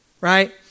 right